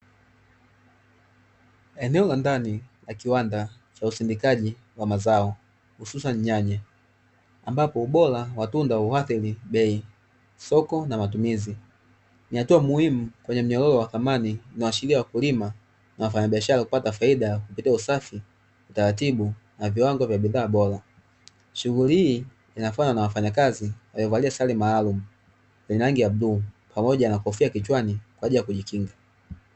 Eneo la ndani la kiwanda cha usindikaji wa mazao hususani nyanya ambapo ubora wa tunda huathiri bei, soko, na matumizi ni hatua muhimu kwenye mnyororo wa thamani inaashiria wakulima na wafanyabiashara hupata faida kupitia usafi, utaratibu, na viwango vya bidhaa bora. Shughulii hii inafanywa na wafanyakazi waliovalia sare maalumu zenye rangi ya bluu pamoja kofia kichwani kwa ajili ya kujikinga.